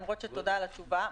למרות שתודה על התשובה.